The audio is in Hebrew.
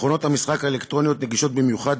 מכונות המשחק האלקטרוניות נגישות במיוחד,